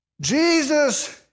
Jesus